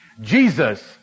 Jesus